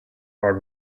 hard